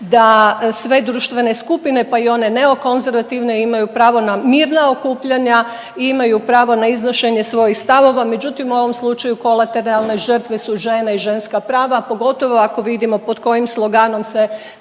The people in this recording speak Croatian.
da sve društvene skupine pa i one neokonzervativne imaju pravo na mirna okupljanja i imaju pravo na iznošenje svojih stavova, međutim u ovom slučaju kolateralne žrtve su žene i ženska prava pogotovo ako vidimo pod kojim sloganom se